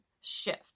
shift